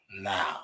now